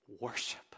worship